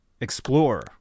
Explorer